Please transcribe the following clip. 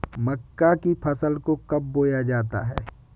मक्का की फसल को कब बोया जाता है?